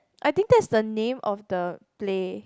I think that's the name of the play